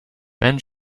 ben